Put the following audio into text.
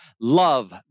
love